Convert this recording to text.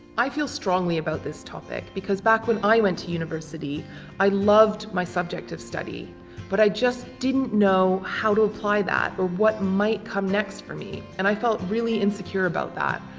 i feel strongly about this topic because back when i went to university i loved my subject of study but i just didn't know how to apply that, or what might come next for me, and i felt really insecure about that.